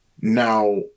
Now